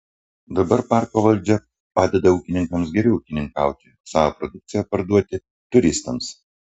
dabar parko valdžia padeda ūkininkams geriau ūkininkauti o savo produkciją parduoti turistams